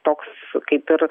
toks kaip ir